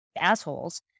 assholes